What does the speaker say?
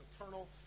eternal